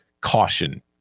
caution